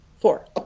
Four